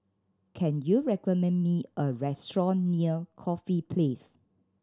can you recommend me a restaurant near Corfe Place